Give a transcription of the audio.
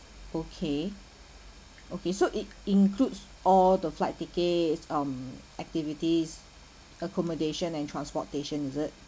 okay okay so it includes all the flight tickets um activities accommodation and transportation is it